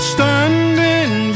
Standing